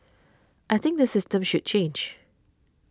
I think the system should change